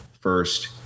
first